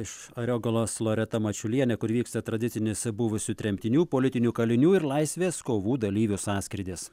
iš ariogalos loreta mačiulienė kur vyksta tradicinis buvusių tremtinių politinių kalinių ir laisvės kovų dalyvių sąskrydis